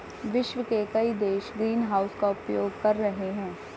विश्व के कई देश ग्रीनहाउस का उपयोग कर रहे हैं